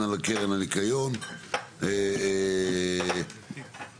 הקרן מגיעה מכמה חשבונות